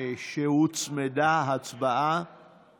לפיכך הצעת החוק עברה ותועבר